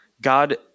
God